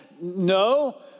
No